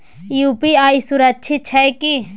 UPI सुरक्षित छै की?